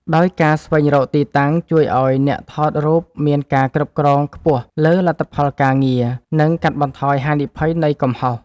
ដោយការស្វែងរកទីតាំងជួយឱ្យអ្នកថតរូបមានការគ្រប់គ្រងខ្ពស់លើលទ្ធផលការងារ និងកាត់បន្ថយហានិភ័យនៃកំហុស។